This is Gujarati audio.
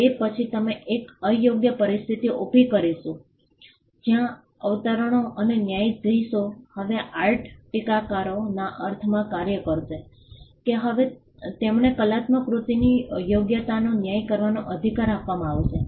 તે પછી અમે એક અયોગ્ય પરિસ્થિતિ ઉભી કરીશું જ્યાં અવતરણો અને ન્યાયાધીશો હવે આર્ટ ટીકાકારોના અર્થમાં કાર્ય કરશે કે હવે તેમને કલાત્મક કૃતિની યોગ્યતાનો ન્યાય કરવાનો અધિકાર આપવામાં આવશે